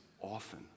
often